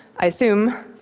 i assume,